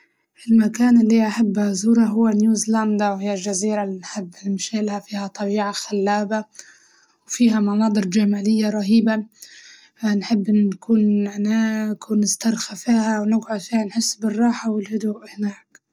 المكان اللي أحب أزوره هو نيوزيلاندا وهي الجزيرة اللي نحب نمشيلها فيها طبيعة خلابة، وفيها مناضر جمالية رهيبة نحب نكون هناك ونسترخى فيها ونقعد فيها نحس بالراحة والهدوء هناك.